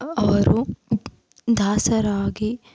ಅವರು ದಾಸರಾಗಿ